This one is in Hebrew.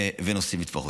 והם עושים התמחות.